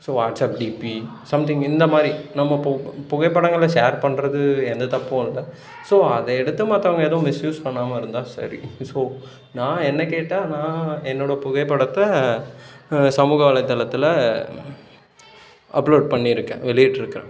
so WhatsApp DP something இந்தமாதிரி நம்ம பு புகைப்படங்களை ஷேர் பண்ணுறது எந்த தப்பும் இல்லை ஸோ அதை எடுத்து மற்றவங்க எதுவும் மிஸ்யூஸ் பண்ணாமல் இருந்தால் சரி ஸோ நான் என்ன கேட்டால் நான் என்னோடய புகைப்படத்தை சமூக வலைத்தளத்தில் அப்லோட் பண்ணியிருக்கேன் வெளியிட்டு இருக்கேன்